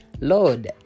lord